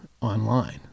online